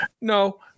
No